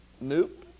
Nope